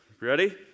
Ready